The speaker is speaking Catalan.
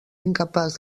incapaç